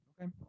Okay